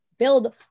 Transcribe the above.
Build